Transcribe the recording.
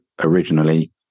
originally